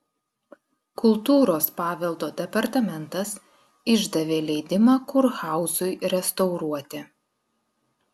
kultūros paveldo departamentas išdavė leidimą kurhauzui restauruoti